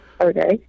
Okay